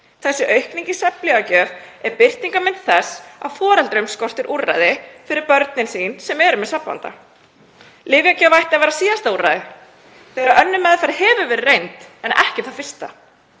Þessi aukning í svefnlyfjagjöf er birtingarmynd þess að foreldra skortir úrræði fyrir börnin sín sem eru með svefnvanda. Lyfjagjöf ætti að vera síðasta úrræðið þegar önnur meðferð hefur verið reynd en ekki það fyrsta.